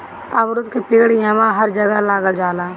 अमरूद के पेड़ इहवां हर जगह लाग जाला